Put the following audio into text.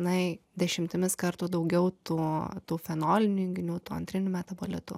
na dešimtimis kartų daugiau tų tų fenolinių junginių tų antrinių metabolitų